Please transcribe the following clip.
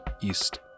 east